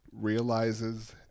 realizes